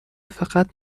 فقط